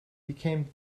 became